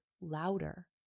louder